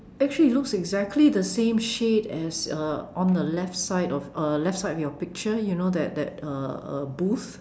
actually it looks exactly the same shade as uh on the left side of uh on the left side of the picture you know that that uh uh booth